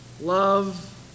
love